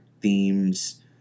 themes